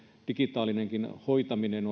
digitaalinen hoitaminen